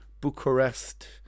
Bucharest